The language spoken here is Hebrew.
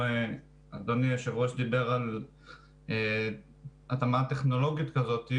אם אדוני היו"ר דיבר על התאמה טכנולוגית כזאת,